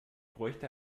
bräuchte